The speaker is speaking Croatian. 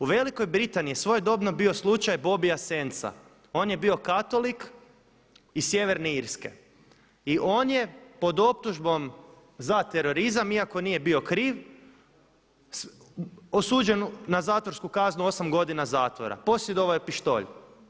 U Velikoj Britaniji je svojedobno bio slučaj Bobbia … on je bio katolik iz Sjeverne Irske i on je pod optužbom za terorizam iako nije bio kriv osuđen na zatvorsku kaznu 8 godina zatvora, posjedovao je pištolj.